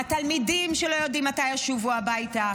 לתלמידים, שלא יודעים מתי ישובו הביתה,